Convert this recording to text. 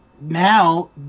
now